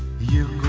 you